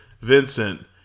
Vincent